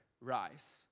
Rise